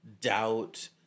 doubt